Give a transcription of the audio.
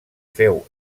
féu